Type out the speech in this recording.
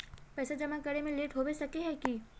पैसा जमा करे में लेट होबे सके है की?